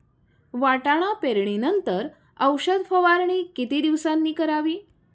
वाटाणा पेरणी नंतर औषध फवारणी किती दिवसांनी करावी?